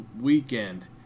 weekend